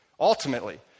Ultimately